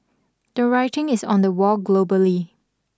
the writing is on the wall globally